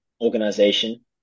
organization